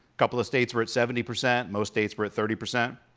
couple of states were at seventy percent, most states were at thirty percent.